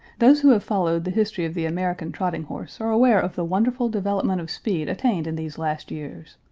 those who have followed the history of the american trotting horse are aware of the wonderful development of speed attained in these last years.